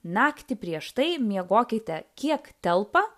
naktį prieš tai miegokite kiek telpa